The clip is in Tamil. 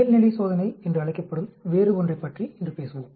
இயல்நிலை சோதனை என்று அழைக்கப்படும் வேறு ஒன்றைப் பற்றி இன்று பேசுவோம்